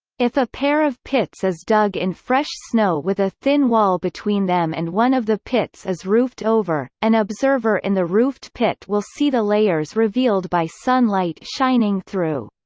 if a pair of pits is dug in fresh snow with a thin wall between them and one of the pits is roofed over, an observer in the roofed pit will see the layers revealed by sunlight shining through.